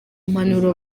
mpanuro